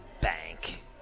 bank